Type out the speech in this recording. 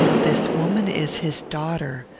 this woman is his daughter.